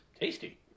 Tasty